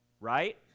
Right